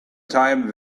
time